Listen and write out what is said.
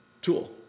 tool